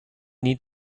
need